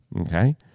Okay